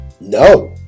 No